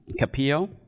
Capio